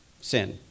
Sin